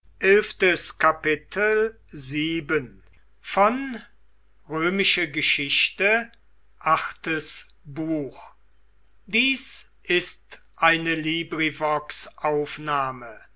sind ist eine